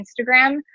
Instagram